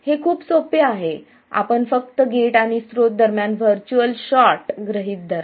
हे खूप सोपे आहे आपण फक्त गेट आणि स्त्रोत दरम्यान व्हर्च्युअल शॉर्ट गृहित धरा